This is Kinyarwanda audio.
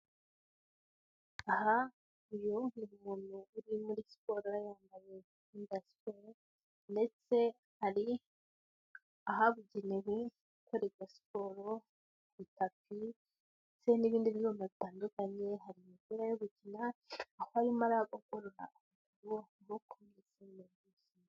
Aha uyu ni umuntu uri muri siporo yambaye imyenda ya siporo ndetse hari ahabugenewe gukorera siporo, itapi, ndetse n'ibindi bikoresho bitandukanye, hari imipira yo gukina aho arimo gukorera siporo.